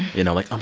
you know, like, um